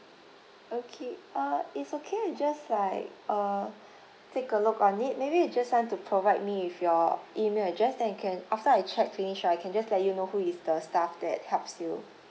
okay uh is okay I'll just like uh take a look on it maybe you just want to provide me with your email address then I can after I checked finish so I can just let you know who is the staff that helps you